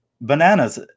Bananas